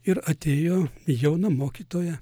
ir atėjo jauna mokytoja